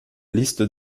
liste